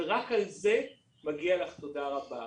רק על זה מגיעה לך תודה רבה.